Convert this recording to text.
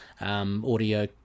audio